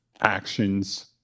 actions